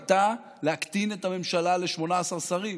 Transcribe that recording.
הייתה להקטין את הממשלה ל-18 שרים,